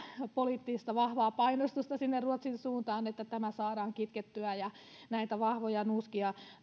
poliittista vahvaa painostusta sinne ruotsin suuntaan että tämä saadaan kitkettyä ja vahvoja nuuskia